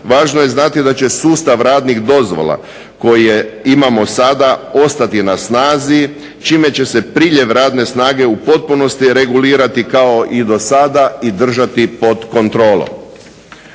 važno je znati da će sustav radnih dozvola koje imamo sada ostati na snazi čime će se priljev radne snage u potpunosti regulirati kao i do sada i držati pod kontrolom.